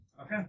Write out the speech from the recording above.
Okay